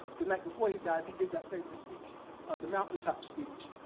the night before he dies, he gives that famous speech the mountaintop speech.